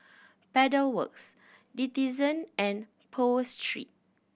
Pedal Works Denizen and Pho Street